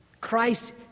Christ